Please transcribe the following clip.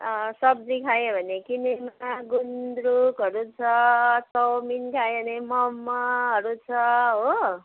सब्जी खायो भने किनेमा गुन्द्रुकहरू छ चाउमिन खायो भने मोमोहरू छ हो